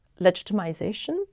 legitimization